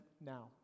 now